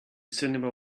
cinema